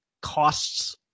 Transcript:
costs